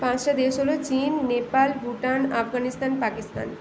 পাঁচটা দেশ হল চিন নেপাল ভুটান আফগানিস্তান পাকিস্তান